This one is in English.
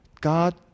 God